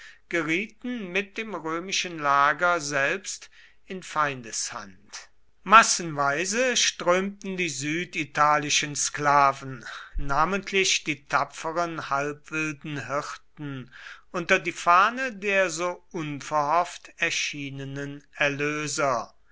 gerieten mit dem römischen lager selbst in feindeshand massenweise strömten die süditalischen sklaven namentlich die tapferen halbwilden hirten unter die fahne der so unverhofft erschienenen erlöser